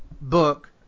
book